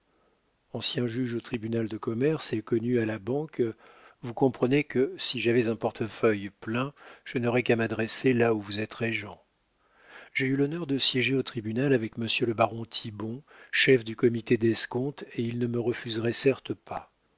ancien juge au tribunal de commerce et connu à la banque vous comprenez que si j'avais un portefeuille plein je n'aurais qu'à m'adresser là où vous êtes régent j'ai eu l'honneur de siéger au tribunal avec monsieur le baron thibon chef du comité d'escompte et il ne me refuserait certes pas